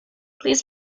please